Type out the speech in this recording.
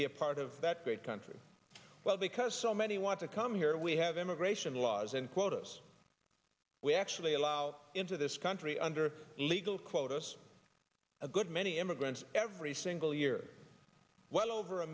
be a part of that great country well because so many want to come here we have immigration laws and quotas we actually allow into this country under illegal quotas a good many immigrants every single year well over a